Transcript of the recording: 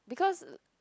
because